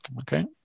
Okay